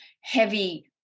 heavy